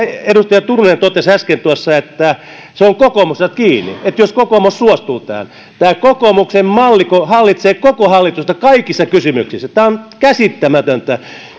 edustaja turunen totesi äsken että se on kokoomuksesta kiinni jos kokoomus suostuu tähän tämä kokoomuksen malli hallitsee koko hallitusta kaikissa kysymyksissä tämä on käsittämätöntä